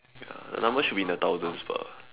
ya the number should be in the thousands bah